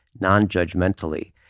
non-judgmentally